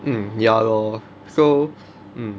mm ya lor so